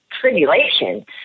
tribulation